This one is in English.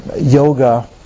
yoga